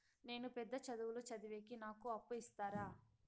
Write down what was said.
నేను పెద్ద చదువులు చదివేకి నాకు అప్పు ఇస్తారా